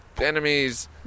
enemies